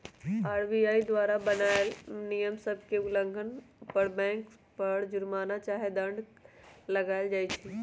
RBI द्वारा बनाएल नियम सभ के उल्लंघन पर बैंक सभ पर जुरमना चाहे दंड लगाएल किया जाइ छइ